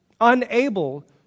unable